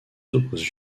s’opposent